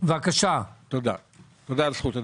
תודה על זכות הדיבור.